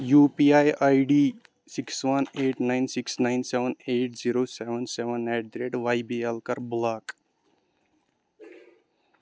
U P I I D six one eight nine six nine seven eight zero seven seven eight the rate Y B L کَر block